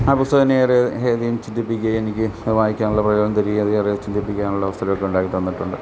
ആ പുസ്തകമെന്നെ ഏറെ അധികം ചിന്തിപ്പിക്കുകയും എനിക്ക് അത് വായിക്കാനുള്ള പ്രചോദനം തരിക അതിലേറെ ചിന്തിപ്പിക്കാനുള്ള അവസരമൊക്കെ ഉണ്ടാക്കിത്തന്നിട്ടുണ്ട്